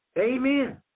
Amen